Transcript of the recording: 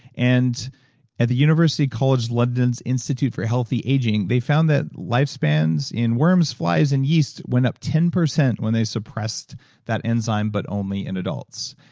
and at the university college london's institute for healthy aging, they found that lifespans in worms, flies, and yeast went up ten percent when they suppressed suppressed that enzyme but only in adults.